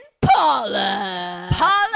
Paula